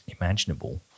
imaginable